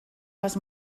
les